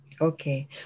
Okay